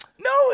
no